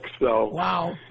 Wow